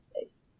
space